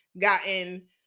gotten